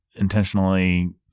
intentionally